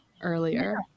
earlier